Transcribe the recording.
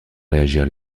réagir